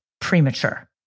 premature